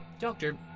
Doctor